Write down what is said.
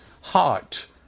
Heart